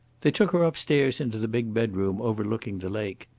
they took her upstairs into the big bedroom overlooking the lake.